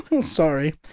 Sorry